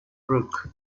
brook